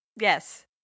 yes